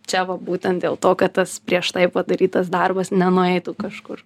čia va būtent dėl to kad tas prieš tai padarytas darbas nenueitų kažkur